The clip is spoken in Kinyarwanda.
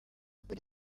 kubera